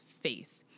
faith